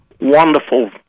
wonderful